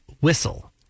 Whistle